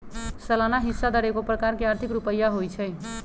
सलाना हिस्सा दर एगो प्रकार के आर्थिक रुपइया होइ छइ